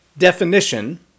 definition